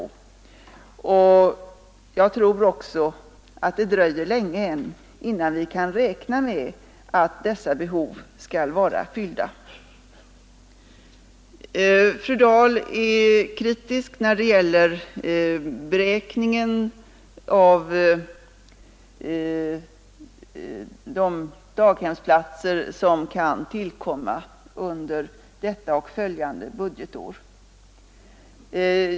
Jag tror också att det dröjer länge än, innan vi kan räkna med att dessa behov skall vara till godosedda. Fru Dahl är kritisk när det gäller beräkningen av de daghemsplatser som kan tillkomma under detta och följande budgetår.